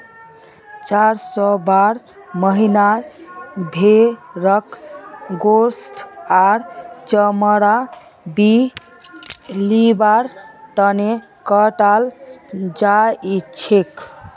चार स बारह महीनार भेंड़क गोस्त आर चमड़ा लिबार तने कटाल जाछेक